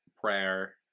prayer